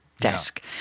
desk